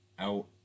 out